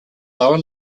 lower